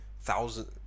thousand